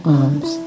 arms